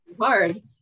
Hard